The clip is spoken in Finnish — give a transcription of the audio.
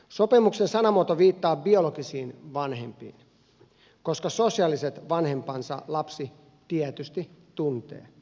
sopimuksen sanamuoto viittaa biologisiin vanhempiin koska sosiaaliset vanhempansa lapsi tietysti tuntee